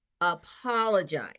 apologize